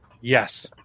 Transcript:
Yes